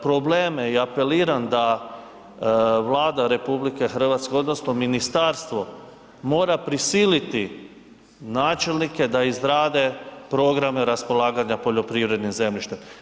Probleme i apeliram da Vlada RH odnosno ministarstvo mora prisiliti načelnike da izrade programe raspolaganja poljoprivrednim zemljištem.